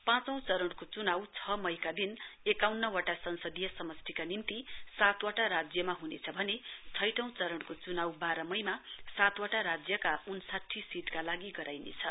पाँचौ चरणको चुनाउ छ मईका दिन एकाउन्न वटा संसदीय समष्टिका निम्ति सातवटा राज्यमा हुनेछ भने छैटौं चरणको चुनाउ वाह्न मईमा सातवटा राज्यका उन्साठी सीटका लागि गराइनेछ